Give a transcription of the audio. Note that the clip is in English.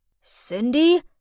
cindy